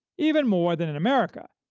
even more than in america,